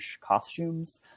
costumes